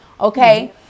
Okay